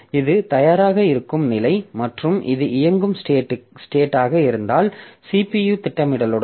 இது தயாராக இருக்கும் நிலை மற்றும் இது இயங்கும் ஸ்டேடாக இருந்தால் CPU திட்டமிடலுடன்